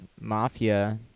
mafia